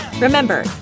Remember